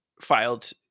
filed